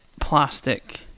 Plastic